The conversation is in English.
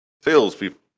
salespeople